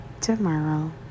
tomorrow